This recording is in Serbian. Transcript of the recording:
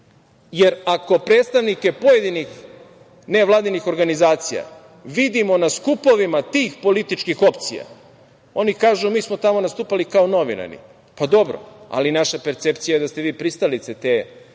Jer, ako predstavnike pojedinih nevladinih organizacija vidimo na skupovima tih političkih opcija, oni kažu – mi smo tamo nastupali kao novinari. Dobro, ali naša percepcija je da ste vi pristalica tih